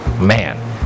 man